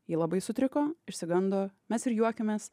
ji labai sutriko išsigando mes ir juokėmės